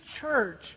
church